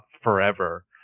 forever